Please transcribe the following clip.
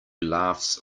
laughs